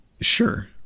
Sure